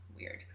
Weird